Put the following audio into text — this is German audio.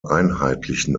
einheitlichen